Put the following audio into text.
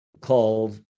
called